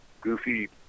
Goofy